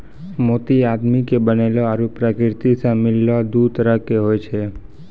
मोती आदमी के बनैलो आरो परकिरति सें मिललो दु तरह के होय छै